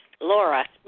Laura